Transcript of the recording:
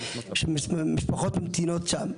של משפחות שממתינות שם,